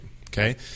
Okay